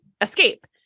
escape